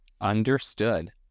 Understood